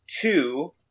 two